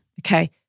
Okay